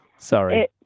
Sorry